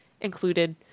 included